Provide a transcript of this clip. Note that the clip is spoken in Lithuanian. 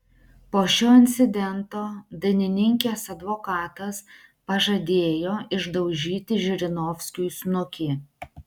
po šio incidento dainininkės advokatas pažadėjo išdaužyti žirinovskiui snukį